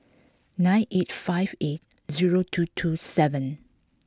nine eight five eight zero two two seven